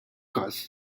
każ